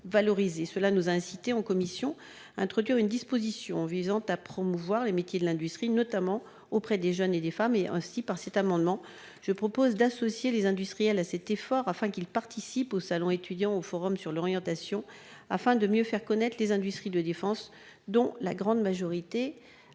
avons introduit en commission une disposition visant à promouvoir les métiers de l'industrie, notamment auprès des jeunes et des femmes. Par cet amendement, je propose d'associer les industriels à cet effort en les encourageant à participer aux salons étudiants et aux forums sur l'orientation, afin de mieux faire connaître les industries de défense, dont la grande majorité